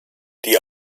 die